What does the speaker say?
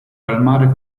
calmare